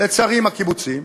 לצערי, עם הקיבוצים,